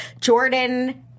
Jordan